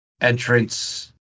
entrance